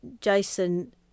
jason